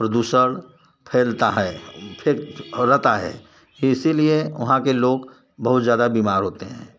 प्रदूषण फैलता है रहता है इसीलिए वहाँ के लोग बहुत ज़्यादा बीमार होते हैं